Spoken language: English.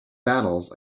battles